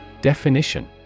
Definition